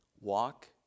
Walk